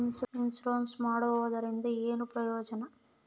Insurance ಮಾಡ್ಸೋದರಿಂದ ಏನು ಪ್ರಯೋಜನ?